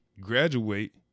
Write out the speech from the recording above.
graduate